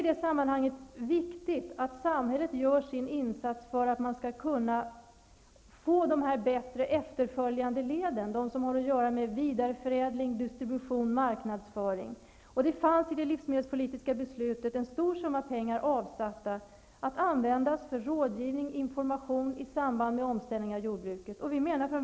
Det är viktigt att samhället gör sin insats för att man skall få de efterföljande leden bättre, de som har att göra med vidareförädling, distribution och marknadsföring. I det livsmedelspolitiska beslutet fanns en stor summa pengar avsatt för rådgivning och information i samband med omställning av jordbruket.